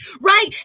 Right